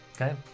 Okay